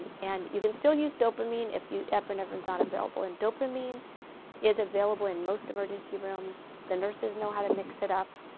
and you can still use dopamine if epinephrine is not available. and dopamine is available in most emergency rooms. the nurses know how to mix it up.